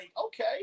okay